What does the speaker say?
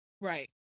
Right